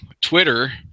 Twitter